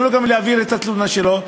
אין להם למי להעביר את התלונה שלהם,